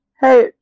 hey